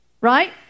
right